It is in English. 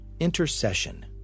Intercession